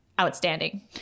outstanding